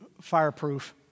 Fireproof